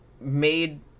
made